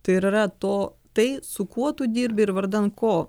tai ir yra to tai su kuo tu dirbi ir vardan ko